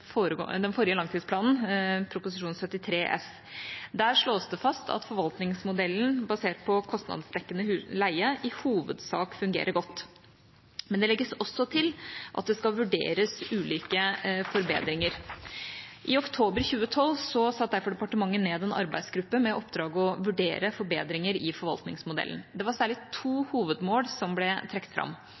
forrige langtidsplanen, Prop. 73 S for 2011–2012. Der slås det fast at forvaltningsmodellen basert på kostnadsdekkende leie i hovedsak fungerer godt. Men det legges også til at det skal vurderes ulike forbedringer. I oktober 2012 satte derfor departement ned en arbeidsgruppe med oppdrag å vurdere forbedringer i forvaltningsmodellen. Det var særlig to hovedmål som ble trukket fram.